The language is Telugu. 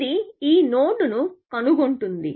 ఇది ఈ నోడ్ను కనుగొంటుంది